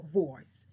voice